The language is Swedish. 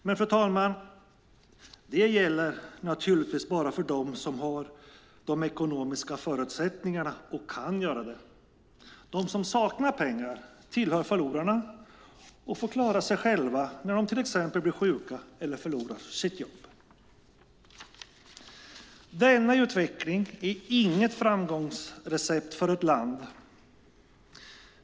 Men, fru talman, det gäller naturligtvis bara för dem som har de ekonomiska förutsättningarna och kan göra det. De som saknar pengar tillhör förlorarna och får klara sig själva när de till exempel blir sjuka eller förlorar sitt jobb. Denna utveckling är inget framgångsrecept för ett land.